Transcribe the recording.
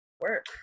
work